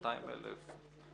200,000?